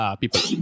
people